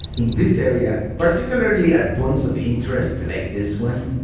in this area, particularly at points of interest like this one,